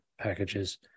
packages